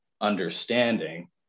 understanding